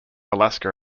alaska